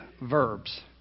verbs